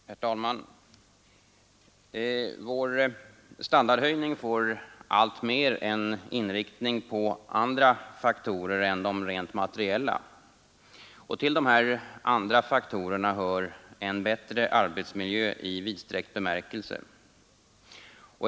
Herr talman! Vår standardhöjning får alltmer en inriktning på andra faktorer än de rent materiella. Till dessa andra faktorer hör en bättre arbetsmiljö i vidsträckt bemärkelse.